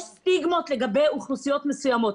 יש סטיגמות לגבי אוכלוסיות מסוימות.